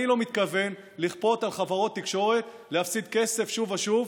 אני לא מתכוון לכפות על חברות תקשורת להפסיד כסף שוב ושוב,